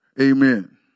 Amen